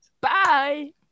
bye